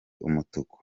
umutuku